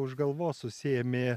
už galvos susiėmė